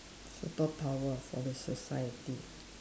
superpower for the society